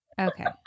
Okay